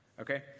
Okay